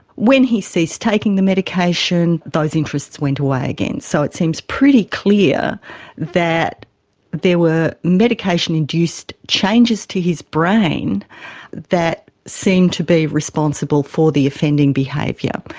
when he ceased taking the medication, those interests interests went away again. so it seems pretty clear that there were medication induced changes to his brain that seemed to be responsible for the offending behaviour.